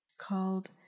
called